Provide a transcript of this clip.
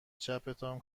چپتان